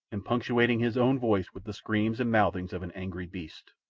and punctuating his own voice with the screams and mouthings of an angry beast.